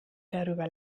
darüber